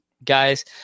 guys